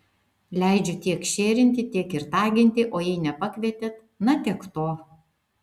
leidžiu tiek šėrinti tiek ir taginti o jei nepakvietėt na tiek to